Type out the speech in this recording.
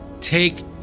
take